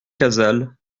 casals